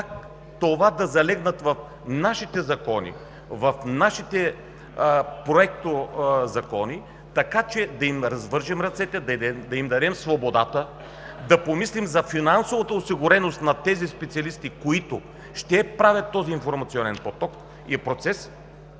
как това да залегне в нашите закони, в нашите проектозакони, така че да им развържем ръцете, да им дадем свободата, да помислим за финансовата осигуреност на тези специалисти, които ще правят този информационен поток и процес!